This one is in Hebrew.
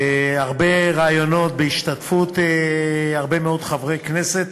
בהרבה רעיונות, בהשתתפות הרבה מאוד חברי כנסת.